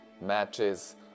matches